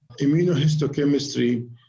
Immunohistochemistry